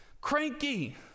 cranky